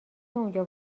اونجا